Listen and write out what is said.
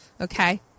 Okay